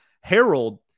Harold